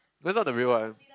that's not the real one